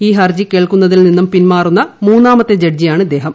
ഈ ഹർജി കേൾക്കുന്നതിൽ നിന്നും പിന്മാറുന്ന മൂന്നാമത്തെ ജഡ്ജിയാണ് ഇദ്ദേഹം